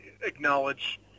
acknowledge